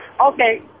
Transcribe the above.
Okay